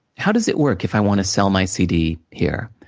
how does it work if i wanna sell my cd here?